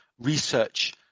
research